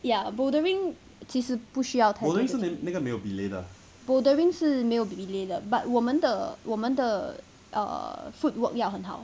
ya bouldering 其实不需要 bouldering 是没有 belay 的 but 我们的我们的 err foot work 要很好